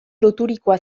loturikoa